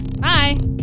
Bye